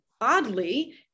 oddly